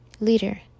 Leader